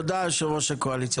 תודה יושב ראש הקואליציה.